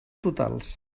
totals